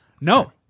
No